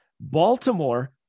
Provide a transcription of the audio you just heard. Baltimore